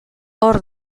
hor